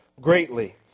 greatly